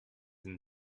and